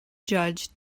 judged